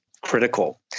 critical